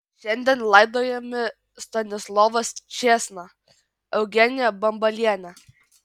šiandien laidojami stanislovas čėsna eugenija bambalienė